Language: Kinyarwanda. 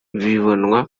bibonwa